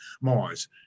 Mars